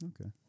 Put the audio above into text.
Okay